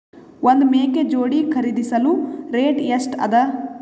ಒಂದ್ ಮೇಕೆ ಜೋಡಿ ಖರಿದಿಸಲು ರೇಟ್ ಎಷ್ಟ ಅದ?